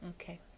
okay